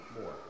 more